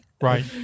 Right